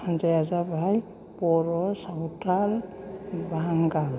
हानजाया जाबाय बर' सावथाल बांगाल